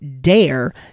dare